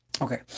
Okay